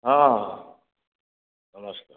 ହଁ ହଁ ନମସ୍କାର